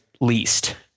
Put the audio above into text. least